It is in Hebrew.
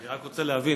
אני רק רוצה להבין,